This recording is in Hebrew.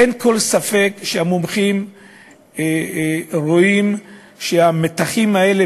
אין כל ספק שהמומחים רואים שהמתחים האלה,